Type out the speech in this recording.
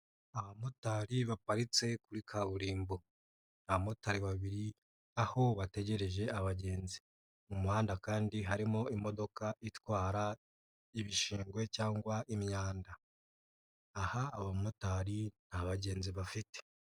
Abamotari baparitse kuri kaburimbo, abamotari babiri aho bategereje abagenzi, mu muhanda kandi harimo imodoka itwara ibishingwe cyangwa imyanda, aha abamotari nta bagenzi bafite.